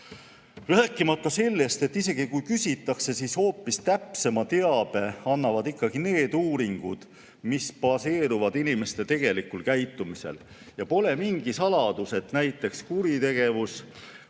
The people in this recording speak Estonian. lihtsalt ei küsita. Ja isegi kui küsitaks, siis hoopis täpsema teabe annavad ikkagi need uuringud, mis baseeruvad inimeste tegelikul käitumisel. Pole mingi saladus, et näiteks kuritegevus,